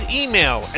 email